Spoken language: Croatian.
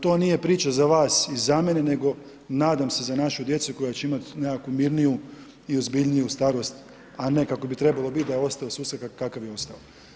To nije priča za vas i za mene nego nadam se za našu djecu koja će imat neku mirniju i ozbiljniju starost a ne kako bi trebalo bit da je ostao sustav kakav je ostao.